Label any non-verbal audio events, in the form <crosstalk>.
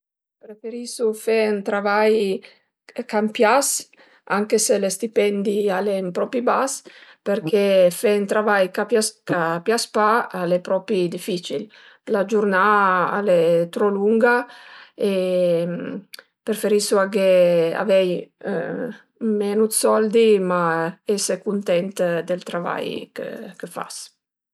Preferisu fe ën travai ch'a m'pias anche së lë stipendi al ën po pi bas përché fe ën travai ch'a pias pa al e propi dificil, la giurnà al e trop lunga <hesitation> e preferisu aghé avei <hesitation> menu 'd soldi ma ese cuntent d'ël travai chë fas